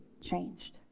changed